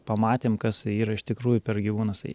pamatėm kas tai yra iš tikrųjų per gyvūnas tai